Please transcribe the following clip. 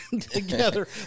together